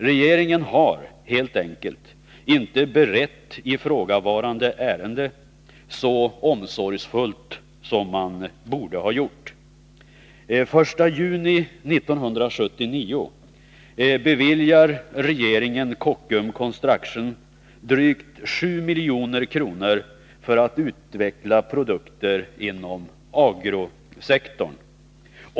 Regeringen har, helt enkelt, inte berett ifrågavarande ärende så omsorgsfullt som den borde ha gjort. I juni 1979 beviljar regeringen Kockums Construction drygt 7 milj.kr. för att utveckla produkter inom agrosektorn.